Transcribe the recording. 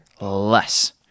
less